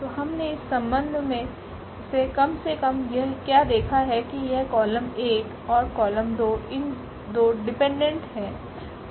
तो हमने इस संबंध से कम से कम क्या देखा कि यह कॉलम 1 और कॉलम 2 डिपेंडेंट हैं